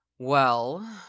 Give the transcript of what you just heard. Well